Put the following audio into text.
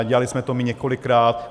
Dělali jsme to my několikrát.